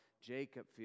Jacob